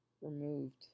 removed